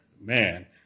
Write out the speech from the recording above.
man